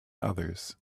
others